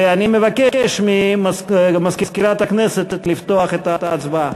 ואני מבקש ממזכירת הכנסת לפתוח את ההצבעה.